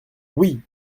oui